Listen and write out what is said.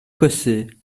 cossé